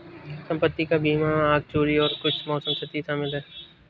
संपत्ति का बीमा में आग, चोरी और कुछ मौसम क्षति शामिल है